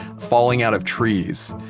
falling out of trees.